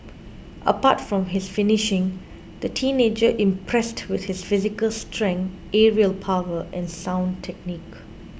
apart from his finishing the teenager impressed with his physical strength aerial power and sound technique